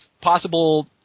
possible